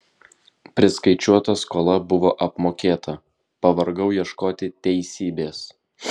priskaičiuota skola buvo apmokėta pavargau ieškoti teisybės